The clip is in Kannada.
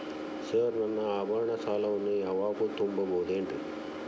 ಸರ್ ನನ್ನ ಆಭರಣ ಸಾಲವನ್ನು ಇವಾಗು ತುಂಬ ಬಹುದೇನ್ರಿ?